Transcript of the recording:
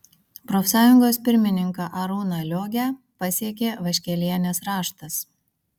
profsąjungos pirmininką arūną liogę pasiekė vaškelienės raštas